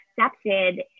accepted